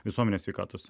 visuomenės sveikatos